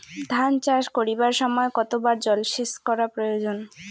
ধান চাষ করিবার সময় কতবার জলসেচ করা প্রয়োজন?